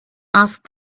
asked